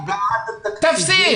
תפסיק.